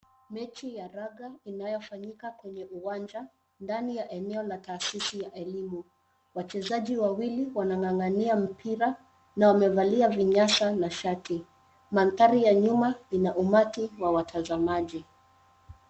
Mechi ya raga inayofanyika kwenye uwanja ndani ya eneo la taasisi ya elimu. Wachezaji wawili wanang'ang'ania mpira na wamevalia vinyasa na shati. Mandhari ya nyuma ina umati wa watazamaji.